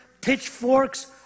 pitchforks